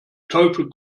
teufel